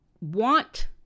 want